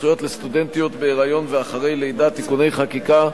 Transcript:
וזכויות לסטודנטית בהיריון ואחרי לידה (תיקוני חקיקה),